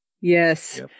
Yes